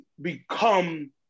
become